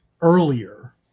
earlier